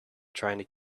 trying